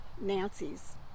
Nancy's